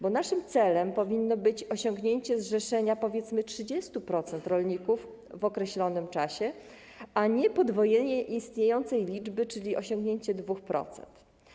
Bo naszym celem powinno być osiągnięcie zrzeszenia, powiedzmy, 30% rolników w określonym czasie, a nie podwojenie istniejącej liczby, czyli osiągnięcie 2%.